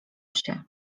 się